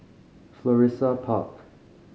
Florissa Park